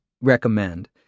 recommend